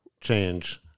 change